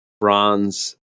bronze